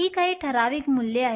ही काही ठराविक मूल्ये आहेत